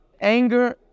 Anger